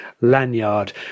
lanyard